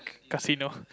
casino